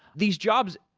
these jobs,